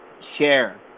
share